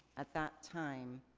at that time,